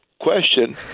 question